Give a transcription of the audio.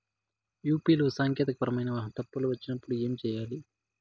UPI లో సాంకేతికపరమైన పరమైన తప్పులు వచ్చినప్పుడు ఏమి సేయాలి